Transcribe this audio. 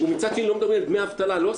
ומצד שני לא מדברים על דמי אבטלה לא על